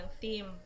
theme